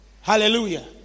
Hallelujah